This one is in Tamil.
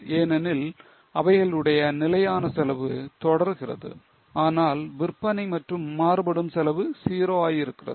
ஏனெனில் அவைகளுடைய நிலையான செலவு தொடர்கிறது ஆனால் விற்பனை மற்றும் மாறுபடும் செலவு 0 ஆகியிருக்கிறது